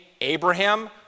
abraham